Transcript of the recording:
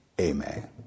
amen